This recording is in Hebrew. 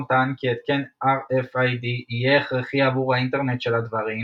טען כי התקן RFID יהיה הכרחי עבור האינטרנט של הדברים,